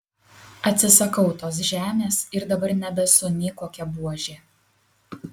atsisakau tos žemės ir dabar nebesu nė kokia buožė